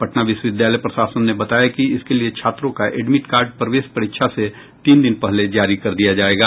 पटना विश्वविद्यालय प्रशासन ने बताया कि इसके लिये छात्रों का एडमिट कार्ड प्रवेश परीक्षा से तीन दिन पहले जारी कर दिया जायेगा